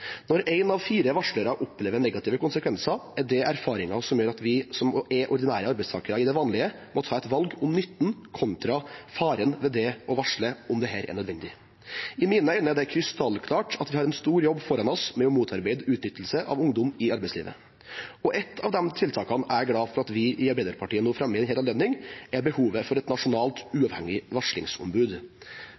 Når én av fire varslere opplever negative konsekvenser, er det erfaringer som gjør at vi som er ordinære arbeidstakere til vanlig, må ta et valg om nytten kontra faren ved det å varsle, om det er nødvendig. I mine øyne er det krystallklart at vi har en stor jobb foran oss i å motarbeide utnyttelse av ungdom i arbeidslivet. Ett av de tiltakene jeg er glad for at vi i Arbeiderpartiet fremmer ved denne anledningen, er et nasjonalt, uavhengig